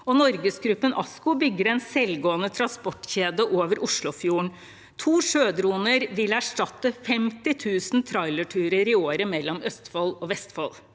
NorgesGruppen ASKO bygger en selvgående transportkjede over Oslofjorden. To sjødroner vil erstatte 50 000 trailerturer i året mellom Østfold og Vestfold.